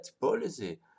policy